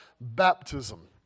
baptism